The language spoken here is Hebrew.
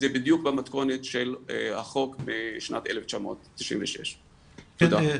זה בדיוק במתכונת של החוק משנת 1996. תודה.